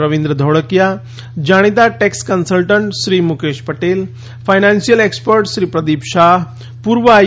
રવિન્દ્ર ધોળકીયા જાણીતા tax consultant Shri Mukesh Patel financial expert Shri Pradip Shah પૂર્વ I